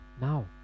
now